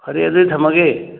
ꯐꯔꯦ ꯑꯗꯨꯗꯤ ꯊꯝꯃꯒꯦ